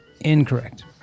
Incorrect